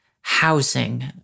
housing